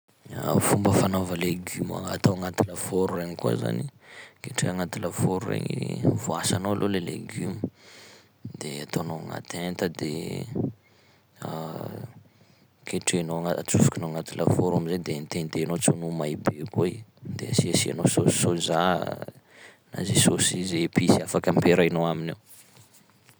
Fomba fanaova legioma agna- atao gnaty lafaoro regny koa zany, ketreha agnaty lafaoro regny: voasanao aloha le legiomo, de ataonao agnaty enta, de ketrehanao agna- atsofokinao agnaty lafaoro amizay, de hententehanao tsao no ho may be koa i, de asiasianao saosy soja a, na zay saosy sy izay episy afaky ampiarahinao aminy ao.